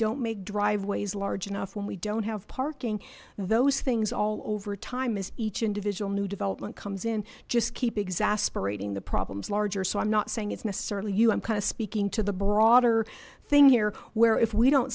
don't make driveways large enough when we don't have parking those things all overtime is each individual new development comes in justkeep exasperating the problems larger so i'm not saying it's necessarily you i'm kind of speaking to the broader thing here where if we don't